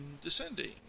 descending